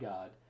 God